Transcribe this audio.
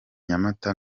nyamata